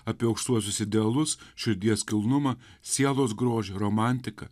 apie aukštuosius idealus širdies kilnumą sielos grožio romantiką